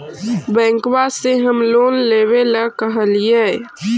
बैंकवा से हम लोन लेवेल कहलिऐ?